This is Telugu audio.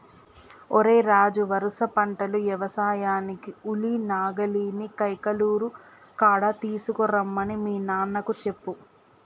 ఓరై రాజు వరుస పంటలు యవసాయానికి ఉలి నాగలిని కైకలూరు కాడ తీసుకురమ్మని మీ నాన్నకు చెప్పు